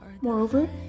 Moreover